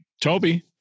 toby